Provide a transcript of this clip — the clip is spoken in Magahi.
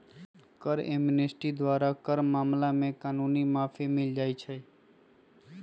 टैक्स एमनेस्टी द्वारा कर मामला में कानूनी माफी मिल जाइ छै